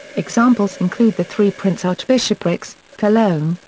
examples include the three prince-archbishoprics cologne,